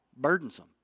burdensome